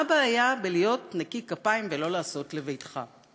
מה הבעיה להיות נקי כפיים ולא לעשות לביתך?